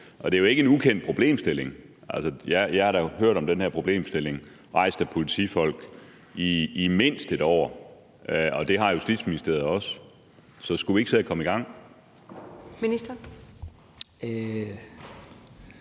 Og det er jo ikke en ukendt problemstilling. Altså, jeg har dog hørt om den her problemstilling rejst af politifolk i mindst et år, og det har Justitsministeriet også. Så skulle vi ikke se at komme i gang?